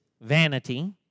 vanity